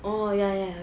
oh ya ya